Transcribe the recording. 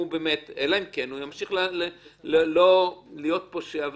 אלא אם כן הוא ימשיך להיות פושע וכו',